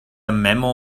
memo